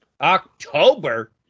October